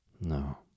No